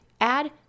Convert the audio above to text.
add